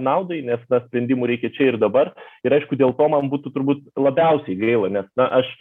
naudai nes na sprendimų reikia čia ir dabar ir aišku dėl to man būtų turbūt labiausiai gaila nes na aš